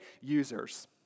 users